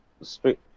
straight